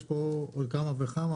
יש פה כמה וכמה,